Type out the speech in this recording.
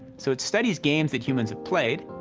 so, it studies games that humans have played,